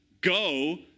go